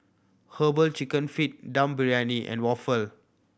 Herbal Chicken Feet Dum Briyani and waffle